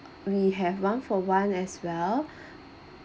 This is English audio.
we have one for one as well